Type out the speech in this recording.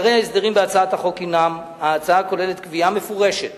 עיקרי ההסדרים בהצעת החוק: ההצעה כוללת קביעה מפורשת